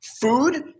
Food